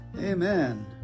Amen